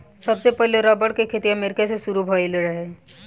सबसे पहिले रबड़ के खेती अमेरिका से शुरू भईल रहे